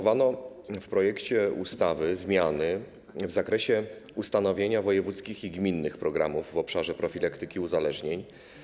W projekcie ustawy zaproponowano zmiany w zakresie ustanawiania wojewódzkich i gminnych programów w obszarze profilaktyki uzależnień.